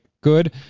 good